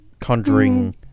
Conjuring